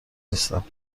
نیستم